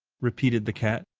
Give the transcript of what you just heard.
repeated the cat.